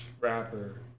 rapper